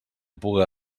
puga